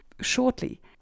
shortly